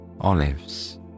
olives